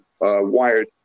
wired